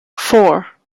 four